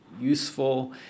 useful